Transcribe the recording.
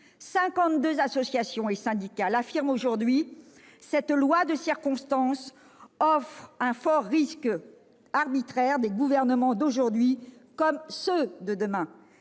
associations et syndicats l'affirment :« Cette loi de circonstance porte un lourd risque d'arbitraire des gouvernements d'aujourd'hui comme de demain.